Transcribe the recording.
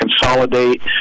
consolidate